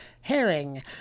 Herring